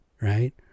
right